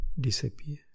disappear